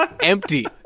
empty